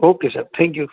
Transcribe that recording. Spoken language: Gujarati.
ઓકે સાહેબ થેન્ક યુ